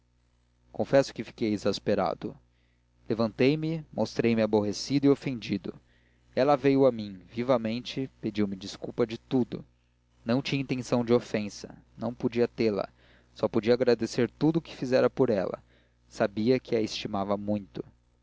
confesso que fiquei exasperado levantei-me mostrei me aborrecido e ofendido ela veio a mim vivamente pediu-me desculpa de tudo não tinha intenção de ofensa não podia tê-la só podia agradecer tudo o que fizera por ela sabia que a estimava muito